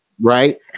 right